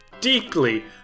deeply